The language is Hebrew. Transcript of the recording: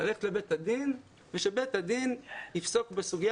ללכת לבית הדין ושבית הדין יפסוק בסוגיה